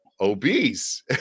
obese